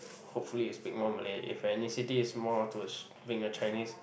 hopefully you speak more Malay if ethnicity is more towards being a Chinese